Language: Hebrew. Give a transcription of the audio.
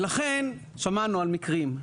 שמענו על מקרים.